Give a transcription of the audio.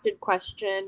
question